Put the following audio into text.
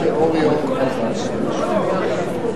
רבותי,